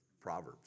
Proverbs